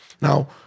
Now